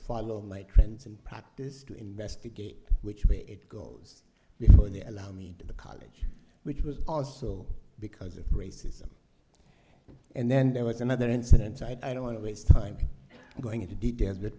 follow my trends and practice to investigate which way it goes before they allow me to the college which was also because of racism and then there was another incident i don't want to waste time going into details but